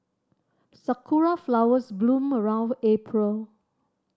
sakura flowers bloom around April